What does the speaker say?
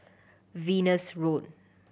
Venus Road